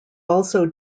also